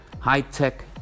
high-tech